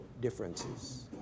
differences